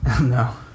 No